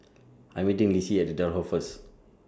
I'm meeting Lissie At The Daulat First